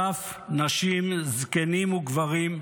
טף, נשים, זקנים וגברים,